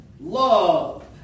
love